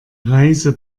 reise